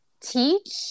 teach